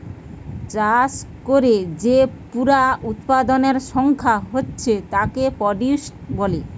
চাষ কোরে যে পুরা উৎপাদনের সংখ্যা হচ্ছে তাকে প্রডিউস বলে